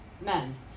men